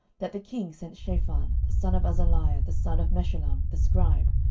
that the king sent shaphan the son of azaliah, the son of meshullam, the scribe,